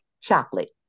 chocolate